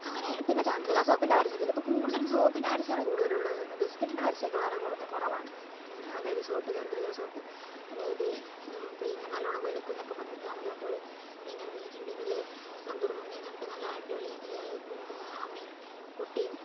അങ്ങനെ പിന്നെ ചന്ദ്രിക സോപ്പിൻ്റെ പരസ്യത്തിൽ ഇപ്പം കൂടുതൽ സോപ്പിൻ്റെ പരസ്യമാണ് കൂടുതലുള്ളതെന്ന് ബിസ്ക്കറ്റിൻ്റെ പരസ്യമൊക്കെ വളരെ കൂടുതൽ കുറവാണ് അങ്ങനെ അതായത് സോപ്പ് ചന്ദ്രിക സോപ്പ് അതായത് പിന്നെ നല്ലോണം വെളുക്കും എന്നൊക്കെ പറഞ്ഞിട്ട് അമല പോൾ പിന്നെ എന്താന്നു വെച്ചിണ്ടെങ്കിൽ സന്തൂർ മമ്മി എന്ന് പറഞ്ഞിട്ട് നല്ല അടിപൊളി പി അമ്മയും കുട്ടിയും